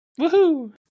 Woohoo